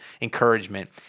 encouragement